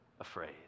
afraid